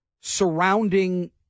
surrounding